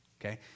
Okay